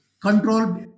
Control